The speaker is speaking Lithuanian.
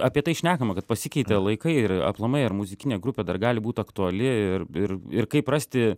apie tai šnekama kad pasikeitė laikai ir aplamai ar muzikinė grupė dar gali būt aktuali ir ir ir kaip rasti